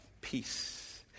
peace